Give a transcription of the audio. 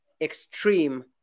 extreme